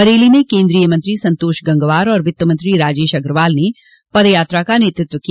बरेली में केन्द्रीय मंत्री संतोष गंगवार और वित्तमंत्री राजेश अग्रवाल ने पदयात्रा का नेतृत्व किया